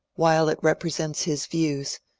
while it represents his views,